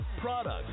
product